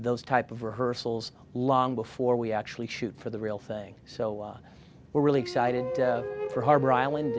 those type of rehearsals long before we actually shoot for the real thing so we're really excited for harbor island